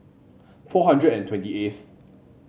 four hundred and twenty eighth